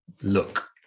look